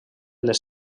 les